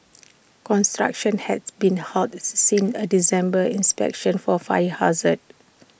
construction has been halted since A December inspection for fire hazards